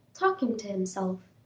talking to himself.